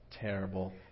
terrible